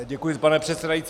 Děkuji, pane předsedající.